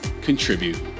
Contribute